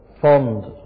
fond